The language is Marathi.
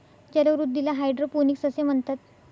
जलवृद्धीला हायड्रोपोनिक्स असे म्हणतात